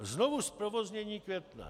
Znovuzprovoznění Květné.